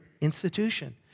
institution